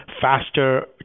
faster